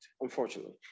unfortunately